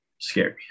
Scary